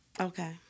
Okay